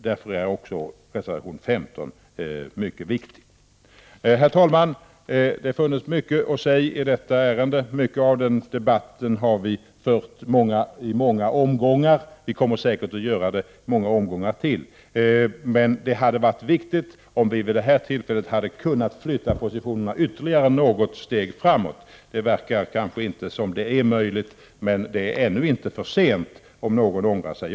Därför är också reservation 15 mycket viktig. Herr talman! Det funnes mycket att säga i detta ärende. Debatten har förts i många omgångar och vi kommer säkert att debattera i många omgångar till, men det hade varit bra om vi vid detta tillfälle hade kunnat flytta positionerna ytterligare något steg framåt. Det verkar kanske inte möjligt, men det är ännu inte för sent om någon ångrar sig.